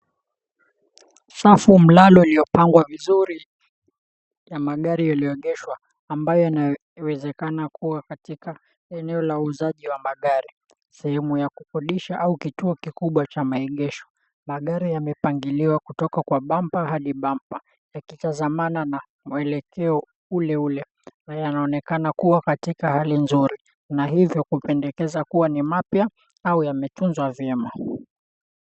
Safu mlalo uliopangwa vizuri ya magari yaliyoegeshwa ambayo yanawezekana kua katika eneo la uuzaji wa magari sehemu ya kukodisha au kituo kikubwa cha maegesho. Magari yamepangiliwa kutoka kwa bampa hadi bampa yakitazamana na mwelekeo ule ule na yanaoenekana kua katika hali nzuri na hivyo kupendekeza kua ni mapya au yametunzwa vyema.